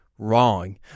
Wrong